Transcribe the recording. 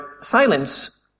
silence